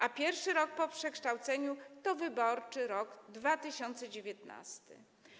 A pierwszy rok po przekształceniu to wyborczy rok 2019.